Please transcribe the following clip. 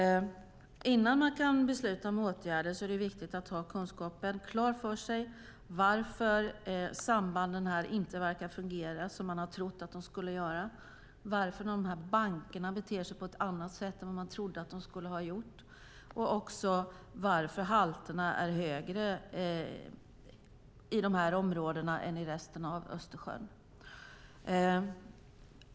Innan man kan besluta om åtgärder är det viktigt att ha klart för sig varför sambanden inte verkar fungera som man trott att de skulle göra, varför bankerna beter sig på ett annat sätt än man trodde att de skulle göra och varför halterna är högre i dessa områden än i resten av Östersjön.